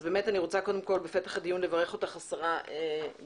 אני רוצה בפתח הדיון לברך אותך השרה גמליאל.